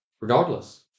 regardless